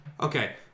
Okay